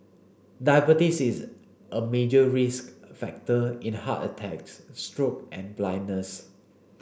diabetes is a major risk factor in heart attacks stroke and blindness